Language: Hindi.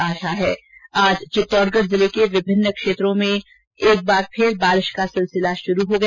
उधर आज चित्तौड़गढ़ जिले के विभिन्न क्षेत्रों में एक बार फिर बारिश का सिलसिला शुरू हो गया